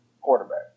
quarterback